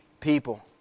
People